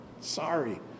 sorry